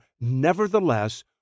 nevertheless